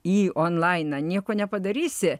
į onlainą nieko nepadarysi